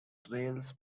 trails